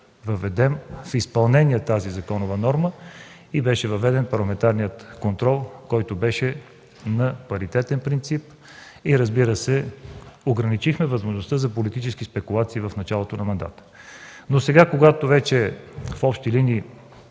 въведем в изпълнение тази законова норма и беше въведен парламентарният контрол, който беше на паритетен принцип, и ограничихме възможността за политически спекулации в началото на мандата. Сега, когато в общи линии